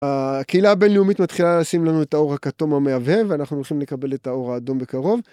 הקהילה הבינלאומית מתחילה לשים לנו את האור הכתום המהבהב ואנחנו הולכים לקבל את האור האדום בקרוב.